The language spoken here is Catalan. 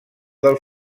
del